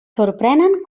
sorprenen